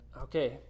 okay